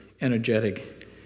energetic